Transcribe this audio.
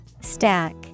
Stack